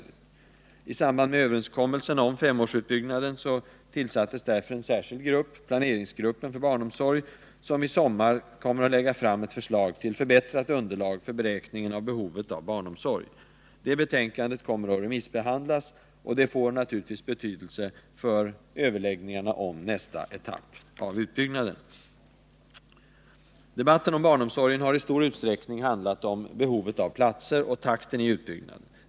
I samband med överenskommelsen om femårsutbyggnaden tillsattes därför en särskild grupp, planeringsgruppen för barnomsorg, som i sommar kommer att lägga fram ett förslag till förbättrat underlag för beräkningen av behovet av barnomsorg. Det betänkandet kommer att remissbehandlas, och det får naturligtvis betydelse för överläggningarna om nästa etapp av utbyggnaden. Debatten om barnomsorgen har i stor utsträckning handlat om behovet av platser och takten i utbyggnaden.